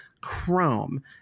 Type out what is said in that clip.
Chrome